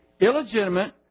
illegitimate